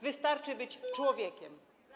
Wystarczy być człowiekiem.